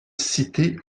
cité